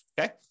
okay